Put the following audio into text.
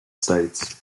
states